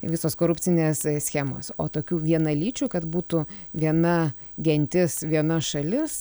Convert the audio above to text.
visos korupcinės schemos o tokių vienalyčių kad būtų viena gentis viena šalis